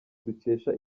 dukesha